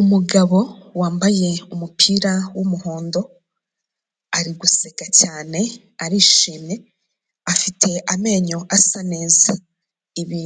Umugabo wambaye umupira w'umuhondo ari guseka cyane, arishimye afite amenyo asa neza, ibi